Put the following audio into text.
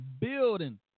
building